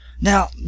Now